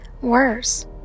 worse